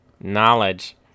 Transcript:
Knowledge